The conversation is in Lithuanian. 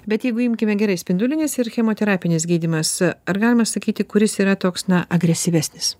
bet jeigu imkime gerai spindulinis ir chemoterapinis gydymas ar galima sakyti kuris yra toks na agresyvesnis